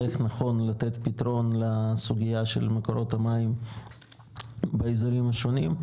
איך נכון לתת פתרון לסוגייה של מקורות המים באזורים שונים,